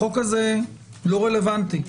החוק הזה לא רלוונטי,